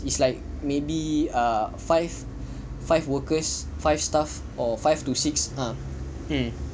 it's like maybe err five five workers five staff or five to six ah mm